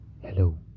Hello